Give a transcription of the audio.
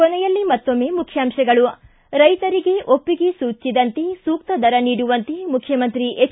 ಕೊನೆಯಲ್ಲಿ ಮತ್ತೊಮ್ಮೆ ಮುಖ್ಯಾಂಶಗಳು ಿ ರೈತರಿಗೆ ಒಪ್ಪಿಗೆ ಸೂಚಿಸಿದಂತೆ ಸೂಕ್ತ ದರ ನೀಡುವಂತೆ ಮುಖ್ಯಮಂತ್ರಿ ಎಚ್